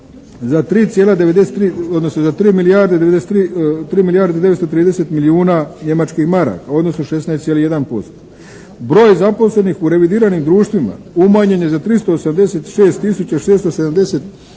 za 3 milijarde 930 milijuna njemačkih maraka odnosno 16,1%. Broj zaposlenih u revidiranim društvima umanjen je za 386 675 odnosno